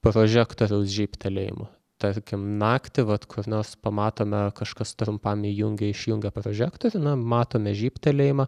prožektoriaus žybtelėjimu tarkim naktį vat kur nors pamatome kažkas trumpam įjungia išjungia prožektorių na matome žybtelėjimą